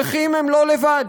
נכים הם לא לבד.